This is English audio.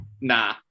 Nah